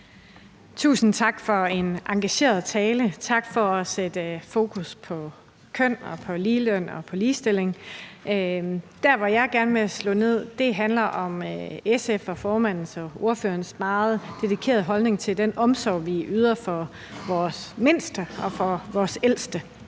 Tusind tak for en engageret tale, og tak for at sætte fokus på køn og på ligeløn og på ligestilling. Det, jeg gerne vil slå ned på, handler om SF's og SF-formandens og -ordførerens meget dedikerede holdning til den omsorg, vi yder for vores mindste og for vores ældste.